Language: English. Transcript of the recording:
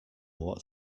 what